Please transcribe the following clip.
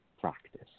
practice